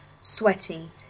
sweaty